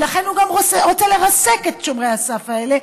ולכן הוא גם רוצה לרסק את שומרי הסף האלה,